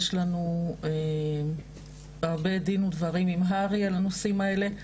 יש לנו הרבה דין ודברים עם הר"י על הנושאים האלה.